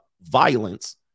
violence